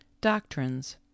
Doctrines